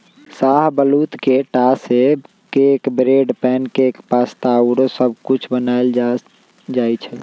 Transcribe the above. शाहबलूत के टा से cake, bread, pancake, pasta आउरो सब कुछ बनायल जाइ छइ